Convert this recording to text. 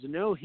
no